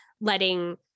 letting